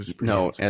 no